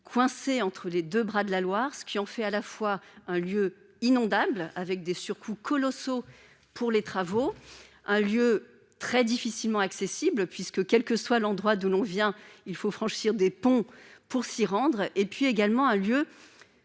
coincé entre les 2 bras de la Loire, ce qui en fait à la fois un lieu inondable avec des surcoûts colossaux pour les travaux, un lieu très difficilement accessibles puisque, quelle que soit l'endroit d'où l'on vient, il faut franchir des ponts pour s'y rendre et puis également un lieu